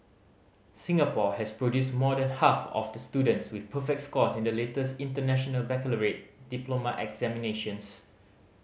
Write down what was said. Singapore has produced more than half of the students with perfect scores in the latest International Baccalaureate diploma examinations